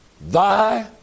Thy